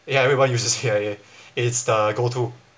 ya everyone uses A_I_A it's the go to